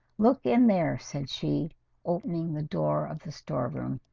look in there said she opening the door of the storeroom.